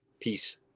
Peace